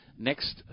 Next